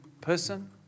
person